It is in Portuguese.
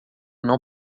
não